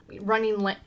running